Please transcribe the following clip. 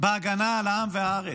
בהגנה על העם והארץ.